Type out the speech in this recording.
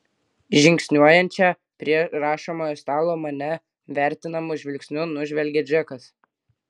žingsniuojančią prie rašomojo stalo mane vertinamu žvilgsniu nužvelgia džekas